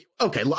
Okay